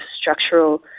structural